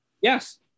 Yes